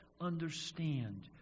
understand